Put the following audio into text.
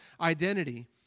identity